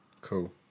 Cool